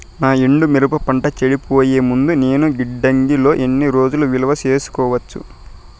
నా ఎండు మిరప పంట చెడిపోయే ముందు నేను గిడ్డంగి లో ఎన్ని రోజులు నిలువ సేసుకోవచ్చు?